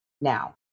now